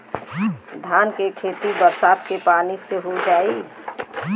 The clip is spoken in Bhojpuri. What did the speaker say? धान के खेती बरसात के पानी से हो जाई?